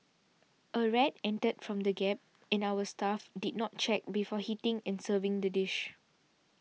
a rat entered from the gap in our staff did not check before heating and serving the dish